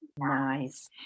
Nice